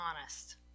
honest